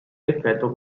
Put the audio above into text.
effetto